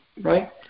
right